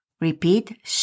Repeat